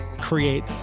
create